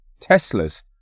Teslas